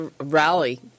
rally